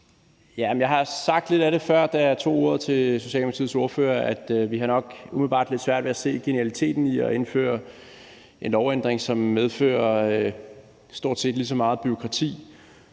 Jeg har sagt lidt af det før, da jeg tog ordet til Socialdemokratiets ordfører, nemlig at vi nok umiddelbart har svært ved at se genialiteten i at indføre en lovændring, som medfører stort set lige så meget bureaukrati,